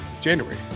January